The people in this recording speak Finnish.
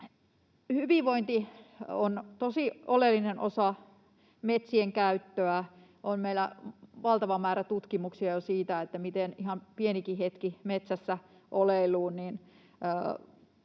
Hyvinvointi on tosi oleellinen osa metsien käyttöä. Meillä on jo valtava määrä tutkimuksia siitä, miten ihan pienikin hetki metsässä oleilua